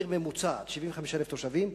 עיר ממוצעת, 75,000 תושבים,